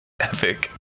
Epic